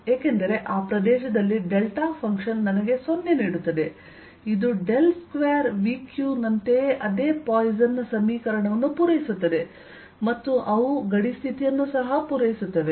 ಏಕೆಂದರೆ ಆ ಪ್ರದೇಶದಲ್ಲಿ ಡೆಲ್ಟಾಫಂಕ್ಶನ್ ನನಗೆ 0 ನೀಡುತ್ತದೆ ಇದು ಡೆಲ್ ಸ್ಕ್ವೇರ್ Vq ನಂತೆಯೇ ಅದೇ ಪಾಯ್ಸನ್ ನ ಸಮೀಕರಣವನ್ನು ಪೂರೈಸುತ್ತದೆ ಮತ್ತು ಅವು ಗಡಿ ಸ್ಥಿತಿಯನ್ನು ಸಹ ಪೂರೈಸುತ್ತವೆ